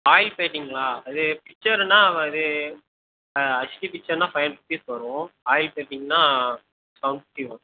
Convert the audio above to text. oil பெயிண்டிங்களா அது பிச்சர்ருன்னா அது ஹெச்டிபி பிச்சர்னா ஃபைவ் ஹண்ட்ரட் ரூபிஸ் வரும் ஆயில் பெயிண்டிங்கனா செவன் ஃபிஃப்டி வரும்